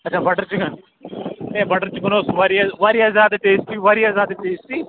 اچھا butter chicken ہے butter chicken اوس واریاہ واریاہ زیادٕ ٹیسٹی واریاہ زیادٕ ٹیسٹی